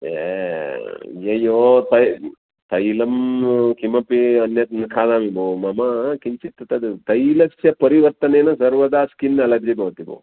ये अय्यय्यो तैलं किमपि अन्यत् न खादामि भोः मम किञ्चित् तद् तैलस्य परिवर्तनेन सर्वदा स्किन् अलर्जि भवति भोः